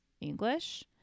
English